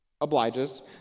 obliges